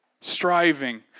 striving